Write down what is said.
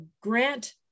grant